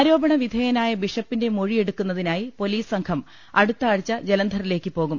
ആരോപണ വിധേയനായ ബിഷപ്പിന്റെ മൊഴി എടുക്കുന്നതിനായി പൊലീസ് സംഘം അടുത്ത ആഴ്ച ജലന്ധറിലേക്ക് പോകും